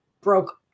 Broke